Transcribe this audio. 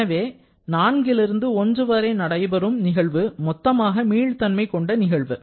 எனவே நான்கிலிருந்து ஒன்று வரை நடைபெறும் நிகழ்வு மொத்தமாக மீள் தன்மை கொண்ட நிகழ்வு